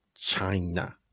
China